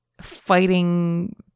fighting